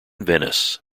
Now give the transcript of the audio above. venice